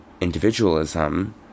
individualism